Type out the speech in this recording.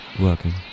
working